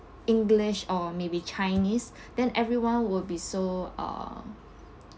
english or maybe chinese then everyone will be so uh